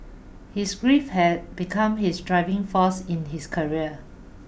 his grief had become his driving force in his career